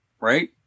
right